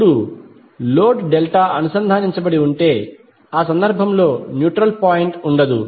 ఇప్పుడు load delta అనుసంధానించబడి ఉంటే ఆ సందర్భంలో న్యూట్రల్ పాయింట్ ఉండదు